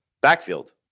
backfield